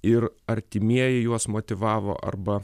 ir artimieji juos motyvavo arba